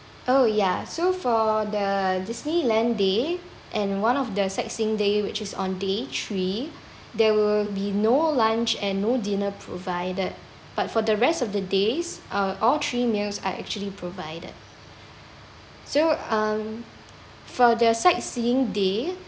oh ya so for the disneyland day and one of the sightseeing day which is on day three there will be no lunch and no dinner provided but for the rest of the days uh all three meals are actually provided so um for their sightseeing day